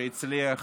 שהצליח